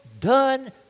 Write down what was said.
done